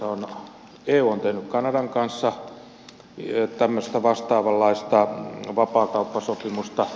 eu on tehnyt kanadan kanssa tämmöistä vastaavanlaista vapaakauppasopimusta